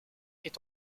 est